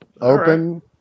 Open